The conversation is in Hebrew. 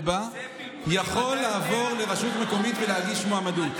בה יכול לעבור לרשות מקומית ולהגיש מועמדות.